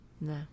No